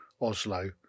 Oslo